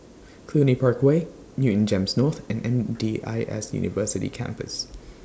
Cluny Park Way Newton Gems North and M D I S University Campus